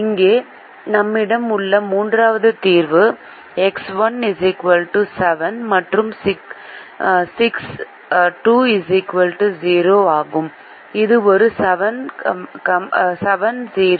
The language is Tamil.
இங்கே நம்மிடம் உள்ள மூன்றாவது தீர்வு எக்ஸ் 1 7 மற்றும் எக்ஸ் 2 0 ஆகும் இது ஒரு 70 ஆகும்